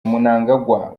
mnangagwa